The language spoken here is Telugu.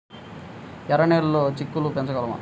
ఎర్ర నెలలో చిక్కుళ్ళు పెంచగలమా?